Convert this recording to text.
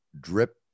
drip